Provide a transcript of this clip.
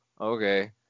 Okay